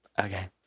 okay